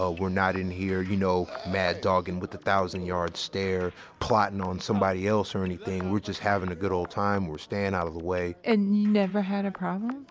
ah we're not in here, you know, mad dogging with a thousand yard stare plottin' on somebody else or anything we're just having a good ol' time. we're staying out of the way and you never had a problem?